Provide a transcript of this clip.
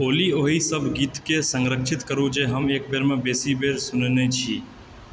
ओली ओहि सब गीतकें संरक्षित करू जे हम एक बेर सॅ बेसी बेर सुनने छी